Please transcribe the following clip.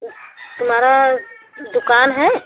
तुम्हारी दुकान है